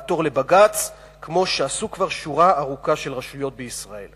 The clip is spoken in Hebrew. לעתור לבג"ץ כמו שעשו כבר שורה ארוכה של רשויות בישראל.